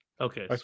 Okay